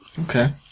Okay